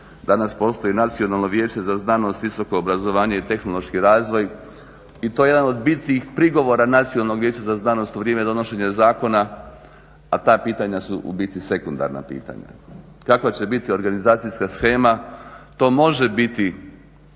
Danas postoji Nacionalno vijeće za znanost, visoko obrazovanje i tehnološki razvoj i to je jedan od bitnih prigovora Nacionalnog vijeća za znanost u vrijeme donošenja zakona, a ta pitanja su u biti sekundarna pitanja. Kakva će biti organizacijska shema, to može biti